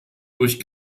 durch